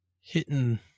hitting